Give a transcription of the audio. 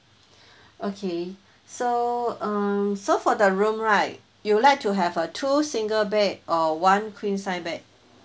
okay so um so for the room right you would like to have a two single bed or one queen size bed